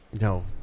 No